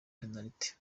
penaliti